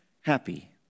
happy